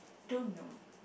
don't know